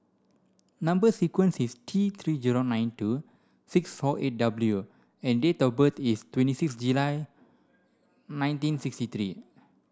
number sequence is T three zero nine two six four eight W and date of birth is twenty six July nineteen sixty three